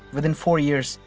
within four years,